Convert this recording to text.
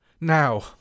Now